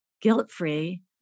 guilt-free